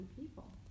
people